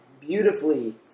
beautifully